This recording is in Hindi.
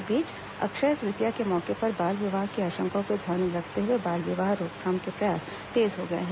इस बीच अक्षय तृतीया के मौके पर बाल विवाह की आशंका को ध्यान में रखते हुए बाल विवाह रोकथाम के प्रयास तेज हो गए हैं